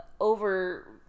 over